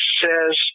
says